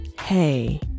hey